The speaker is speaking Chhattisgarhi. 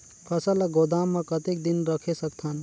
फसल ला गोदाम मां कतेक दिन रखे सकथन?